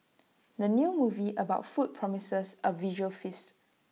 the new movie about food promises A visual feast